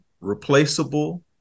replaceable